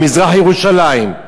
במזרח-ירושלים,